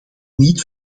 niet